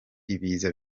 ibiza